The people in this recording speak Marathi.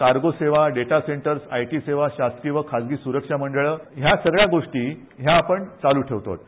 कार्गो सेवा डेटा सेंटर आयटी सेवा शासकीय व खाजगी सुरक्षा मंडळं या सगळ्या गोष्टी या आपण चाल् ठेवतो आहोत